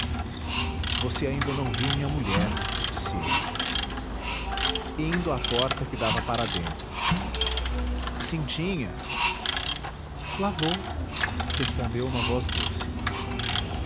você ainda não viu minha mulher disse ele e indo à porta que dava para dentro cintinha lá vou respondeu uma voz doce